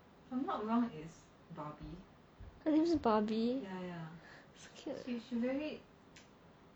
her name is barbie so cute